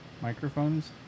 Microphones